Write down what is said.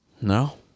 No